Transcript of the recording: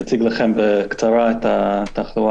אציג לכם את התחלואה